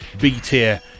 B-tier